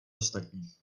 ostatních